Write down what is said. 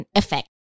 effect